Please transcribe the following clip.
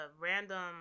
random